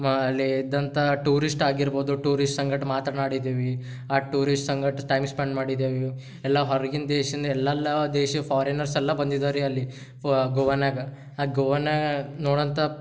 ಮ ಅಲ್ಲಿ ಇದ್ದಂಥ ಟೂರಿಶ್ಟ್ ಆಗಿರ್ಬೌದು ಟೂರಿಶ್ಟ್ ಸಂಗಡ್ ಮಾತನಾಡಿದೀವಿ ಆ ಟೂರಿಶ್ಟ್ ಸಂಗಡ್ ಟೈಮ್ ಸ್ಪೆಂಡ್ ಮಾಡಿದೆವು ಎಲ್ಲ ಹೊರ್ಗಿನ ದೇಶದ್ ಎಲ್ಲೆಲ್ಲ ದೇಶ ಫಾರಿನರ್ಸ್ ಎಲ್ಲ ಬಂದಿದ್ದಾರ್ರಿ ಅಲ್ಲಿ ಫ್ವ ಗೋವಾನಾಗ ಆ ಗೋವಾನಾಗ ನೋಡೋಂಥ